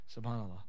Subhanallah